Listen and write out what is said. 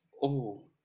oh